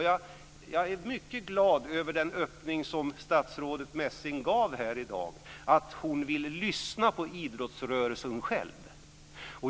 Jag är mycket glad över statsrådet Messings öppning här i dag - att hon vill lyssna på idrottsrörelsen själv.